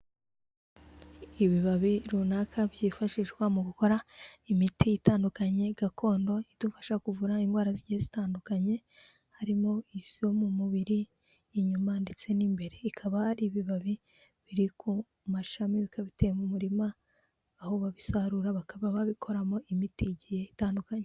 Ibibabi runaka byifashishwa mu gukora imiti itandukanye gakondo idufasha kuvura indwara zigiye zitandukanye, harimo ise yo mu mubiri, inyuma ndetse n'imbere. Hakaba hari ibibabi biri ku mashami bikaba biteye mu murima aho babisarura bakaba babikoramo imiti igihe itandukanye.